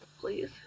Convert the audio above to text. Please